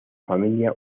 familia